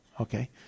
okay